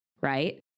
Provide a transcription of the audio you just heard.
right